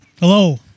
Hello